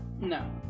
No